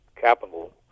capital